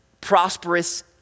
prosperous